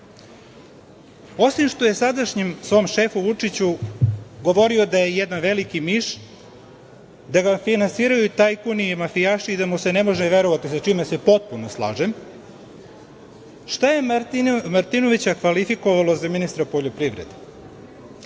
što je o sadašnjem svom šefu Vučiću govorio da je jedan veliki miš, da ga finansiraju tajkuni i mafijaši i da mu se ne može verovati, sa čime se potpuno slažem, šta je Martinovića kvalifikovalo za ministra poljopriverde? Da